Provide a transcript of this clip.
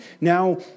Now